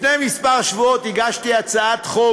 לפני כמה שבועות הגשתי הצעת חוק